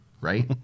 right